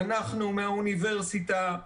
אנחנו מהאוניברסיטה,